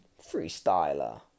Freestyler